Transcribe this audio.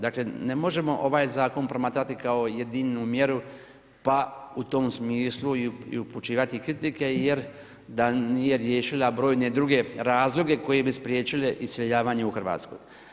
Dakle ne možemo ovaj zakon promatrati kao jedinu mjeru pa u tom smislu i upućivati kritike jer da nije riješila brojne druge razloge koji bi spriječile iseljavanje u Hrvatsku.